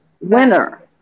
winner